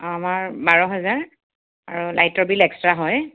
আমাৰ বাৰ হাজাৰ আৰু লাইটৰ বিল এক্সট্ৰা হয়